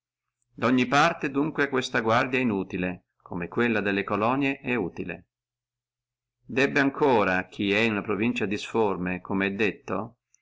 da ogni parte dunque questa guardia è inutile come quella delle colonie è utile debbe ancora chi è in una provincia disforme come è detto